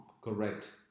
correct